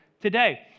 today